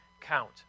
count